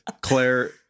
Claire